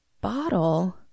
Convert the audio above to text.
bottle